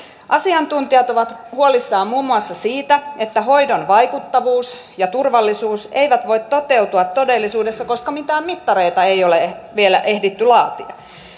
asiantuntijat ovat huolissaan muun muassa siitä että hoidon vaikuttavuus ja turvallisuus eivät voi toteutua todellisuudessa koska mitään mittareita ei ole vielä ehditty laatia